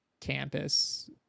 campus